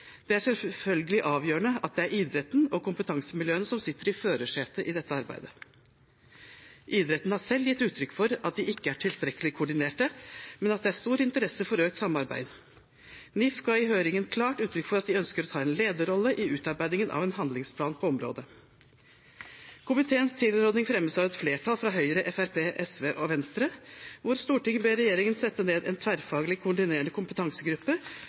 Det er selvfølgelig avgjørende at det er idretten og kompetansemiljøene som sitter i førersetet i dette arbeidet. Idretten har selv gitt uttrykk for at de ikke er tilstrekkelig koordinerte, men at det er stor interesse for økt samarbeid. NIF ga i høringen klart uttrykk for at de ønsker å ta en lederrolle i utarbeidingen av en handlingsplan på området. Komiteens tilråding fremmes av et flertall bestående av Høyre, Fremskrittspartiet, SV og Venstre, og består av to romertallsvedtak: «Stortinget ber regjeringen sette ned en tverrfaglig, koordinerende kompetansegruppe